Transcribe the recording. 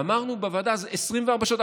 ואמרנו בוועדה 24 שעות,